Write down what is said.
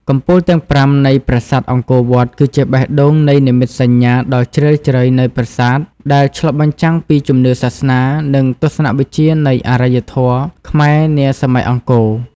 កំពូលទាំងប្រាំនៃប្រាសាទអង្គរវត្ត គឺជាបេះដូងនៃនិមិត្តសញ្ញាដ៏ជ្រាលជ្រៅនៃប្រាសាទ ដែលឆ្លុះបញ្ចាំងពីជំនឿសាសនា និងទស្សនវិជ្ជានៃអរិយធម៌ខ្មែរនាសម័យអង្គរ។